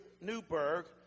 newberg